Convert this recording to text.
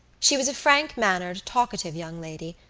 she was a frank-mannered talkative young lady,